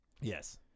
Yes